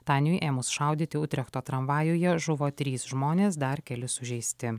taniui ėmus šaudyti utrechto tramvajuje žuvo trys žmonės dar keli sužeisti